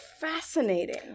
fascinating